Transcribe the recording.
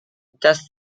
das